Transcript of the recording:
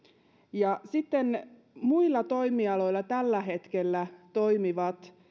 sitten muilla toimialoilla tällä hetkellä toimivia